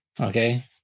okay